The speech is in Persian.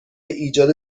ایجاد